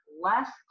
less